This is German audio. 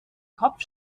kopf